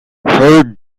her